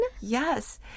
Yes